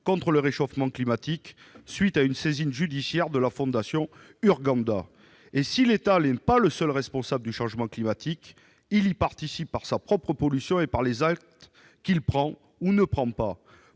contre le réchauffement climatique à la suite d'une saisine judiciaire de la fondation Urgenda. Si l'État n'est pas le seul responsable du changement climatique, il y participe par la pollution qu'il provoque et par les actes qu'il prend ou ne prend pas.